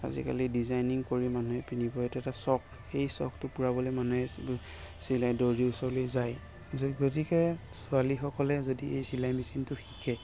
আজিকালি ডিজাইনিং কৰি মানুহে পিন্ধিব সেইটো এটা চখ সেই চখটো পুৰাবলৈ মানুহে চিলাই দৰ্জি ওচৰলৈ যায় যদিহে ছোৱালীসকলে যদি এই চিলাই মেচিনটো শিকে